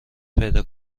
پیدا